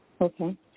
Okay